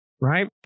Right